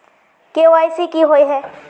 KYC की हिये है?